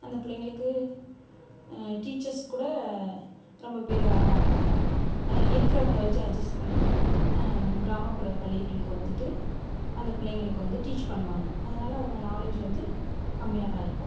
அந்த பிள்ளைங்களுக்கு டீச்சர்ஸ் கூட ரொம்ப பேர் வரமாட்டாங்க இருக்கிறவங்கள வச்சு அட்ஜஸ் பண்ணி கிராமப்புற பள்ளிகளுக்கு வந்துட்டு அந்த பிள்ளைங்களுக்கு வந்து டீச் பண்ணுவாங்க அதனால் அவங்க நாலேஜ் வந்து கம்மியாக தான் இருக்கும்